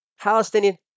Palestinian